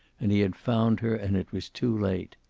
and he had found her, and it was too late.